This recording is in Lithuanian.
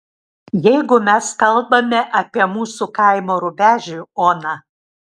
jeigu mes kalbame apie mūsų kaimo rubežių oną